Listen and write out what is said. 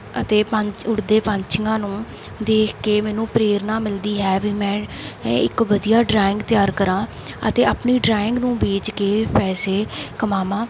ਅਤੇ ਪੰਛੀ ਉੱਡਦੇ ਪੰਛੀਆਂ ਨੂੰ ਦੇਖ ਕੇ ਮੈਨੂੰ ਪ੍ਰੇਰਨਾ ਮਿਲਦੀ ਹੈ ਵੀ ਮੈਂ ਮੈਂ ਇੱਕ ਵਧੀਆ ਡਰਾਇੰਗ ਤਿਆਰ ਕਰਾਂ ਅਤੇ ਆਪਣੀ ਡਰਾਇੰਗ ਨੂੰ ਵੇਚ ਕੇ ਪੈਸੇ ਕਮਾਵਾਂ